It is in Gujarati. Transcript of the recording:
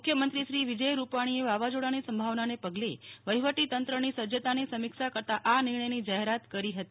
મુખ્યમંત્રી શ્રી વિજય રૂપાણીએ વાવાઝો ાની સંભાવનાને પગલે વહીવટી તંત્રની સજ્જતાની સમીક્ષા કરતાં આ નિર્ણયની જાહેરાત કરી હતી